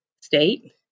state